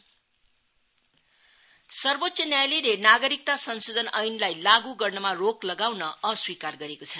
SC CAA सर्वोच्च न्यायालयले नागरिकता संशोधन एनलाई लागू गर्नमा रोक्न लगाउन अस्वीकार गरेको छ